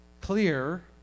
clear